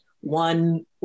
one